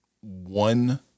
one